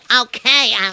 Okay